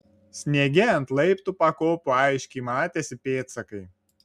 sniege ant laiptų pakopų aiškiai matėsi pėdsakai